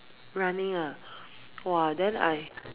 running ah !wah! then I